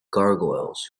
gargoyles